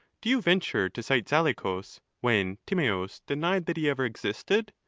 do you venture to cite zaleucus, when timeeus denies that he ever existed?